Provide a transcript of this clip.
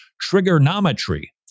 Trigonometry